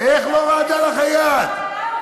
מי שבעלה עובד,